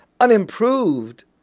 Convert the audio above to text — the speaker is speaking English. unimproved